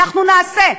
אנחנו נעשה,